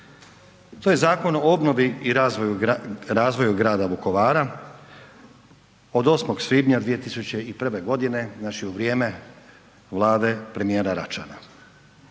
to je Zakon o obnovi i razvoju grada Vukovara od 8. svibnja 2001. godine znači u vrijeme vlade premijera Račana.